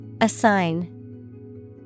Assign